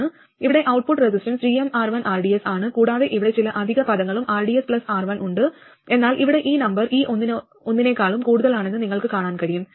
ഇവിടെ output resistance gmR1rds ആണ് കൂടാതെ ഇവിടെ ചില അധിക പദങ്ങളും rds R1 ഉണ്ട് എന്നാൽ ഇവിടെ ഈ നമ്പർ ഈ ഒന്നിനേക്കാളും കൂടുതലാണെന്ന് നിങ്ങൾക്ക് കാണാൻ കഴിയും